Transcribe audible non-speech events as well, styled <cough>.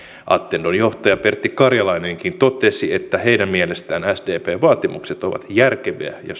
attendon johtaja pertti karjalainenkin totesi että heidän mielestään sdpn vaatimukset ovat järkeviä ja <unintelligible>